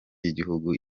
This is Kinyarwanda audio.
y’igihugu